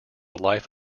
life